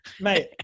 Mate